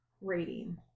rating